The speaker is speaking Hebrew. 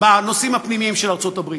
בנושאים הפנימיים של ארצות-הברית,